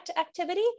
activity